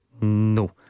No